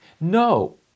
No